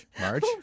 March